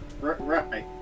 Right